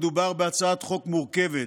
מדובר בהצעת חוק מורכבת,